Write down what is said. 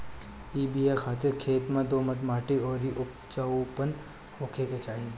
इ बिया खातिर खेत में दोमट माटी अउरी उपजाऊपना होखे के चाही